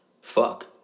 Fuck